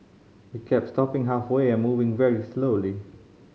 it kept stopping halfway and moving very slowly